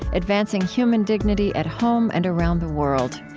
advancing human dignity at home and around the world.